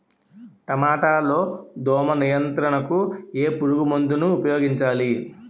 టమాటా లో దోమ నియంత్రణకు ఏ పురుగుమందును ఉపయోగించాలి?